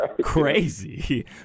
crazy